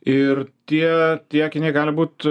ir tie tie akiniai gali būt